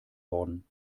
worden